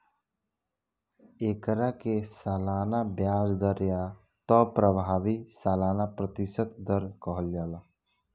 एकरा के सालाना ब्याज दर या त प्रभावी सालाना प्रतिशत दर कहल जाला